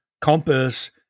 compass